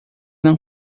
não